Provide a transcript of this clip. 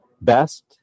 best